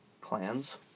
clans